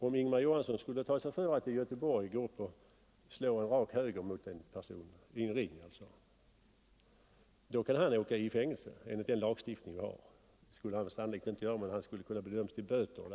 Om Ingemar Johansson, som f. d. proffsboxare, i en boxningsring skulle slå en rak höger mot en annan person, då kunde han bli dömd till fängelse eller böter enligt den nuvarande lagstiftningen.